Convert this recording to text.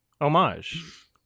Homage